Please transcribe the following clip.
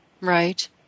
Right